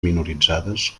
minoritzades